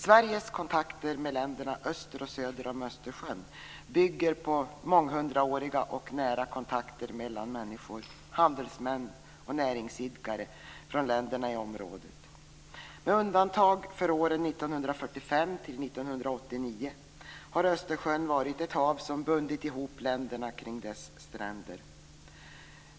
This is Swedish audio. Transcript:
Sveriges kontakter med länderna öster och söder om Östersjön bygger på månghundraåriga och nära kontakter mellan människor, handelsmän och näringsidkare från länderna i området. Med undantag av åren 1945-1989 har Östersjön varit ett hav som bundit ihop länderna kring sina stränder.